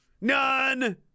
None